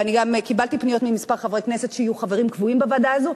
ואני גם קיבלתי פניות מכמה חברי כנסת שיהיו חברים קבועים בוועדה הזו,